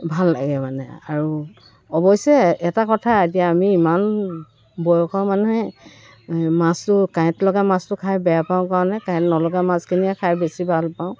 ভাল লাগে মানে আৰু অৱশ্যে এটা কথা এতিয়া আমি ইমান বয়স হোৱা মানুহে মাছটো কাঁইট লগা মাছটো খাই বেয়া পাওঁ কাৰণে কাঁইট নলগা মাছখিনিয়ে খাই বেছি ভাল পাওঁ